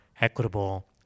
equitable